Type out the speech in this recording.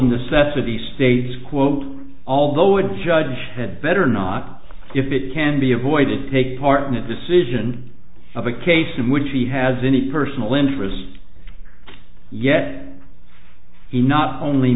necessity states quote although a judge had better not if it can be avoided take part in a decision of a case in which he has any personal interests yet he not only